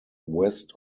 west